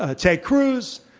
ah ted cruz.